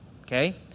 okay